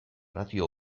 ratio